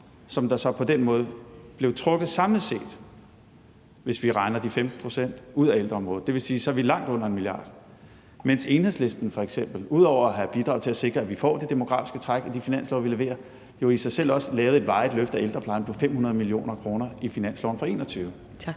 som der på den måde blev trukket samlet set, hvis vi regner de 15 pct. ud af ældreområdet. Det vil sige, at så er vi langt under 1 mia. kr., mens Enhedslisten f.eks., ud over at have bidraget til at sikre, at vi får det demografiske træk dækket i de finanslove, vi leverer, jo i sig selv også lavede et varigt løft af ældreplejen på 500 mio. kr. i finansloven for 2021.